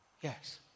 Yes